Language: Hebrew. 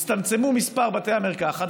הצטמצם מספר בתי המרקחת,